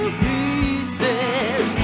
pieces